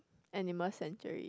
animal sanctuary